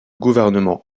gouvernement